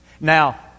Now